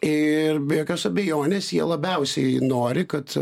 ir be jokios abejonės jie labiausiai nori kad